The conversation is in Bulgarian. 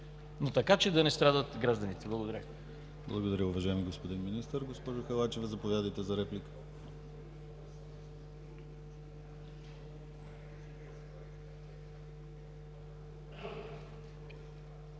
така че да не страдат гражданите. Благодаря